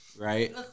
right